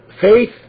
faith